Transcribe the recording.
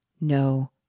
no